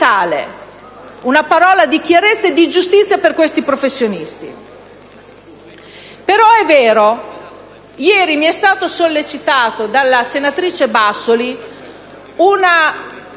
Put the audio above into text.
una parola di chiarezza e di giustizia per questi professionisti. Tuttavia ieri mi è stata segnalata dalla senatrice Bassoli la